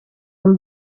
een